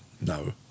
no